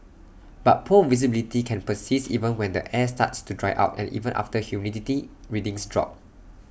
but poor visibility can persist even when the air starts to dry out and even after humidity readings drop